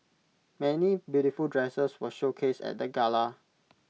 many beautiful dresses were showcased at the gala